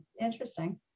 interesting